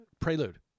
Prelude